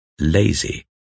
lazy